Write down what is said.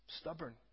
stubborn